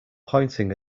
pointing